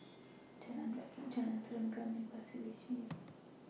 Jalan Rakit Jalan Serengam and Pasir Ris View